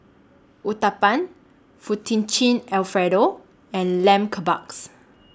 Uthapam Fettuccine Alfredo and Lamb Kebabs